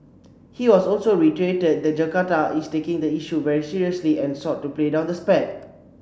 he also also reiterated that Jakarta is taking the issue very seriously and sought to play down the spat